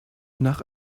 nach